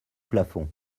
plafond